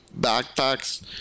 backpacks